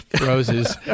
roses